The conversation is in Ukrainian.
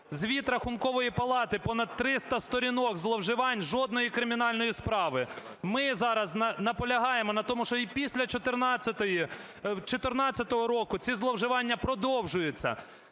звіт Рахункової палати – понад 300 сторінок зловживань, жодної кримінальної справи. Ми зараз наполягаємо на тому, що і після 14-го року ці зловживання продовжуються.